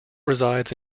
resides